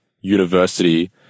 university